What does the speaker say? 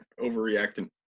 overreacting